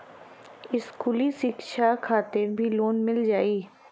इस्कुली शिक्षा खातिर भी लोन मिल जाई?